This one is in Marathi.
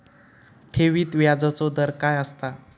ठेवीत व्याजचो दर काय असता?